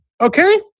Okay